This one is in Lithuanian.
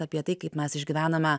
apie tai kaip mes išgyvename